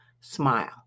smile